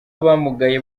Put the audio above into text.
abamugaye